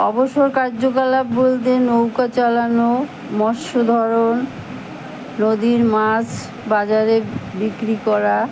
অবসর কার্যকলাপ বলতে নৌকা চালানো মৎস্য ধরন নদীর মাছ বাজারে বিক্রি করা